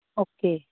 okay